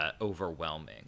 overwhelming